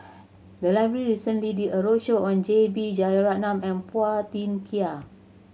the library recently did a roadshow on J B Jeyaretnam and Phua Thin Kiay